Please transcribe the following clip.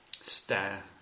stare